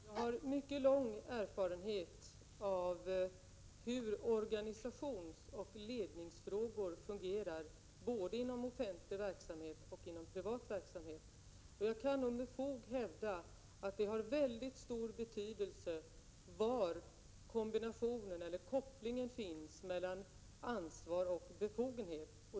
Fru talman! Jag har mycket lång erfarenhet, Karin Ahrland, av hur organisationsoch ledningsfrågor fungerar både inom offentlig verksamhet och inom privat verksamhet. Jag kan med fog hävda att det har väldigt stor betydelse var kopplingen finns mellan ansvar och befogenhet.